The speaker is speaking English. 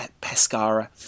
Pescara